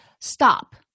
Stop